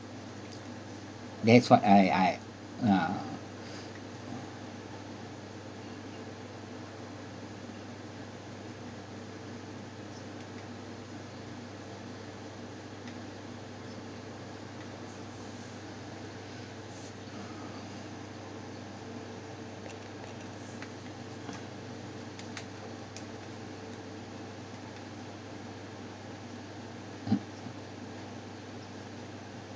that is what I I uh